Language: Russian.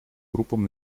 группам